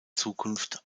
zukunft